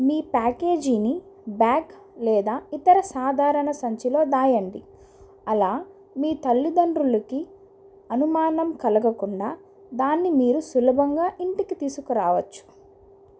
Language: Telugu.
మీ ప్యాకేజీని బ్యాగ్ లేదా ఇతర సాధారణ సంచిలో దాయండి అలా మీ తల్లిదండ్రులకి అనుమానం కలుగకుండా దాన్ని మీరు సులభంగా ఇంటికి తీసుకురావచ్చు